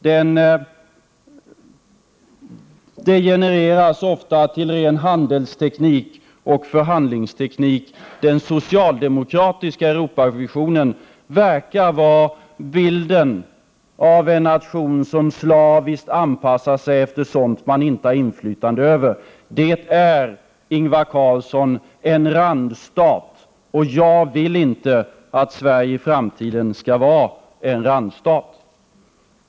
Den degenereras ofta till ren handelsteknik och förhandlingsteknik. Den socialdemokratiska Europavisionen verkar vara bilden av en nation som slaviskt anpassar till sådant som man inte har inflytande över. Det är, Ingvar Carlsson, en randstat, och jag vill inte att Sverige i framtiden skall vara en randstat.